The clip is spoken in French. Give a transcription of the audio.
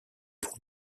pour